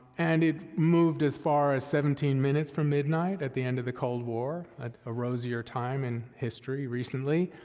and it moved as far as seventeen minutes from midnight at the end of the cold war, at a rosier time in history. recently,